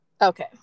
okay